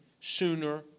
sooner